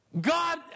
god